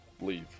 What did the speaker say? leave